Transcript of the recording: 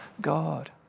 God